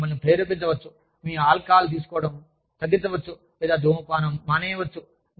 వారు మిమ్మల్ని ప్రేరేపించవచ్చు మీ ఆల్కహాల్ తీసుకోవడం తగ్గించవచ్చు లేదా ధూమపానం మానేయవచ్చు